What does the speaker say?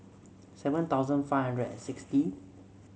seven thousand five and sixty